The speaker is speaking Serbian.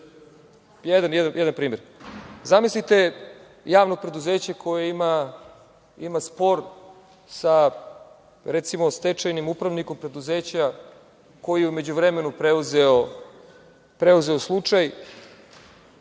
jedan primer. Zamislite, javno preduzeće koje ima spor sa, recimo, stečajnim upravnikom preduzeća koje je u međuvremenu preuzeo slučaj,